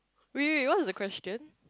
wait wait what's the question